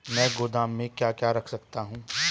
मैं गोदाम में क्या क्या रख सकता हूँ?